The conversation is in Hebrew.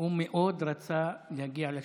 הוא מאוד רצה להגיע לשלטון,